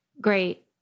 great